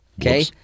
Okay